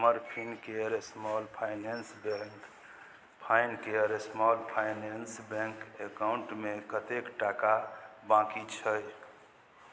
हमर Fincare small finance bank Fincare small finance bank एकाउण्टमे कतेक टाका बाकी छै